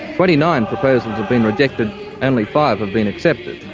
twenty nine proposals have been rejected, only five have been accepted.